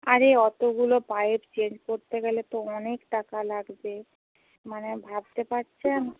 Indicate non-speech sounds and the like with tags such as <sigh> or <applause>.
আরে অতগুলো pipe change করতে গেলে তো অনেক টাকা লাগবে মানে ভাবতে পারছেন <unintelligible>